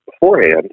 beforehand